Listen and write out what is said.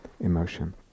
emotion